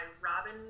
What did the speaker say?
Robin